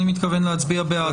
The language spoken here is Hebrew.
אני מתכוון להצביע בעד.